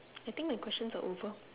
I think my questions are over